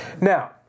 Now